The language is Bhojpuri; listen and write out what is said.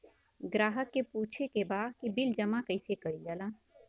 ग्राहक के पूछे के बा की बिल जमा कैसे कईल जाला?